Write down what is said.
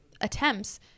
attempts